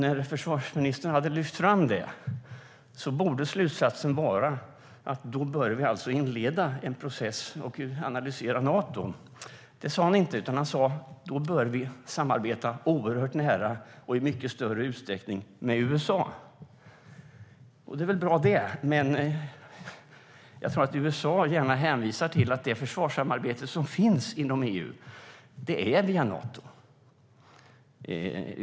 När försvarsministern hade lyft fram det borde slutsatsen vara att vi bör inleda en process och analysera Nato. Det sa han inte, utan han sa: Då bör vi samarbeta oerhört nära och i mycket större utsträckning med USA. Det är väl bra, men jag tror att USA gärna hänvisar till att det försvarssamarbete som finns inom EU är via Nato.